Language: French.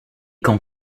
quand